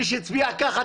מי שהצביע ככה,